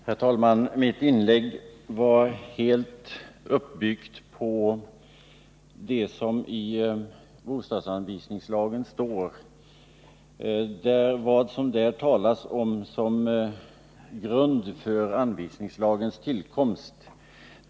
Herr talman! Mitt inlägg var helt uppbyggt på vad som i propositionen sägs om grunden för bostadsanvisningslagens tillkomst.